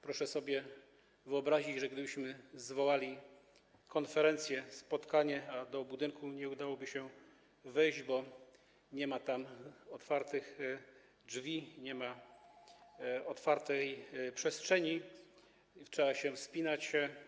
Proszę sobie wyobrazić, że zwołalibyśmy konferencję, spotkanie, a do budynku nie dałoby się wejść, bo nie ma tam otwartych drzwi, nie ma otwartej przestrzeni, trzeba się wspinać.